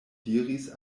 diris